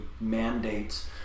mandates